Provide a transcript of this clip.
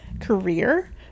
career